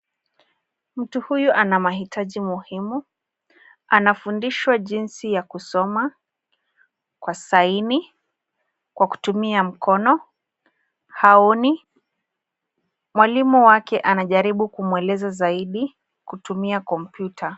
Mtu huyu ana mahitaji muhimu. Anafundishwa jinsi ya kusoma kwa saini kwa kutumia mkono, haoni. Mwalimu wake anajaribu kumwelekeza zaidi kutumia kompyuta.